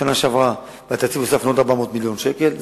בשנה שעברה הוספנו בתקציב עוד 400 מיליון שקל.